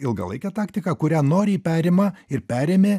ilgalaikė taktika kurią noriai perima ir perėmė